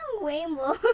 rainbow